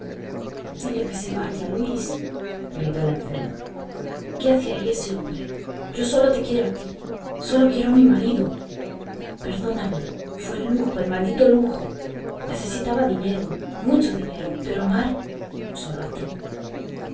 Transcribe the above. dile que se vaya luis gritó la enferma qué hace ahí ese hombre yo sólo te quiero a ti sólo quiero a mi marido perdóname fue el lujo el maldito lujo necesitaba dinero mucho dinero pero amar sólo a ti